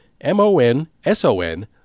M-O-N-S-O-N